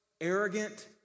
arrogant